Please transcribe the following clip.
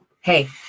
Hey